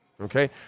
Okay